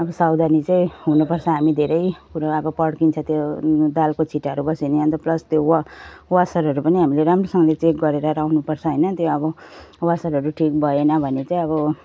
अब सावधानी चाहिँ हुनुपर्छ हामी धेरै कुरो अब पड्किन्छ त्यो दालको छिटाहरू बस्यो भने अन्त प्लस त्यो व वासर्डहरू पनि हामीले राम्रोसँगले चेक गरेर लगाउनुपर्छ होइन त्यो अब वासर्डहरू ठिक भएन भने चाहिँ अब